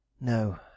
no